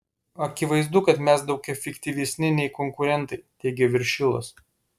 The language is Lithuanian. akivaizdu kad mes daug efektyvesni nei konkurentai teigia viršilas